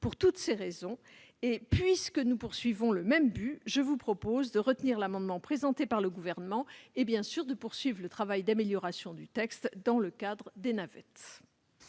Pour toutes ces raisons, et puisque nous visons le même but, je vous propose d'adopter l'amendement présenté par le Gouvernement et, bien sûr, de poursuivre le travail d'amélioration du texte au cours de la navette.